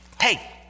hey